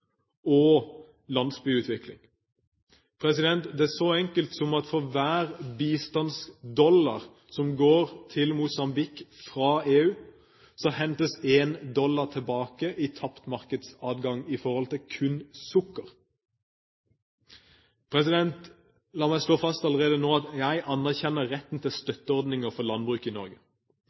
og landsbyutvikling. Det er så enkelt som at for hver bistandsdollar som går til Mosambik fra EU, hentes 1 dollar tilbake i tapt markedsadgang kun når det gjelder sukker. La meg slå fast allerede nå at jeg anerkjenner retten til støtteordninger for landbruket i Norge.